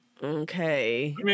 Okay